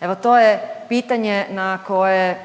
Evo to je pitanje na koje